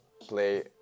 play